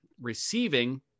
receiving